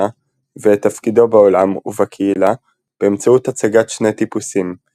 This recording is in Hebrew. ואת תפקידו בעולם ובקהילה באמצעות הצגת שני טיפוסים –